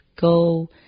go